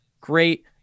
great